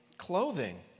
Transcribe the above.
clothing